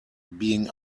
being